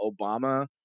Obama